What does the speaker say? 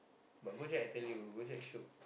but Go-Jek I tell you Go-Jek shiok